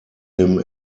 him